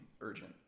urgent